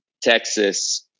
Texas